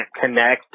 connect